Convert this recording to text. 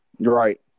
Right